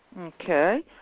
Okay